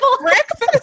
Breakfast